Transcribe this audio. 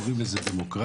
קוראים לזה דמוקרטיה,